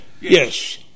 Yes